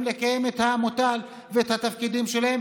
למלא את המוטל עליהם ואת התפקידים שלהם.